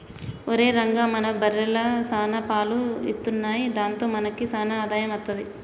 ఒరేయ్ రంగా మన బర్రెలు సాన పాలు ఇత్తున్నయ్ దాంతో మనకి సాన ఆదాయం అత్తది